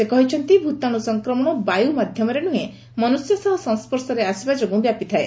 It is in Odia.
ସେ କହିଛନ୍ତି ଭ୍ତାଣୁ ସଂକ୍ରମଶ ବାୟୁ ମାଧ୍ଘମରେ ନୁହେଁ ମନୁଷ୍ୟ ସହ ସଂସ୍ବର୍ଶରେ ଆସିବା ଯୋଗୁ ବ୍ୟାପିଥାଏ